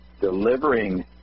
delivering